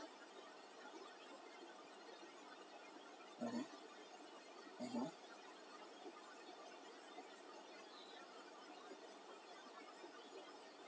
uh um